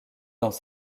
dans